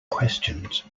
questions